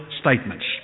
statements